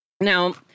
Now